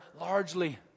largely